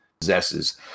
possesses